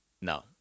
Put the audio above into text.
No